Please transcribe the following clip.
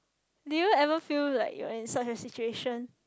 did you ever feel like you are in such a situation